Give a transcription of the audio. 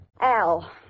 Al